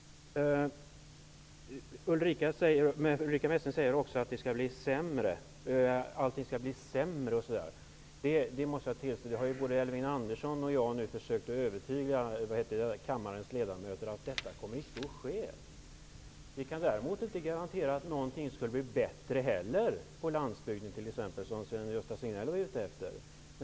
Ulrica Messing säger att allting kommer att bli sämre. Både Elving Andersson och jag har försökt att övertyga kammarens ledamöter att det icke kommer att bli så. Däremot kan vi inte garantera att någonting blir bättre, t.ex. på landsbygden -- något som Sven-Gösta Signell var ute efter.